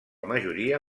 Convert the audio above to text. majoria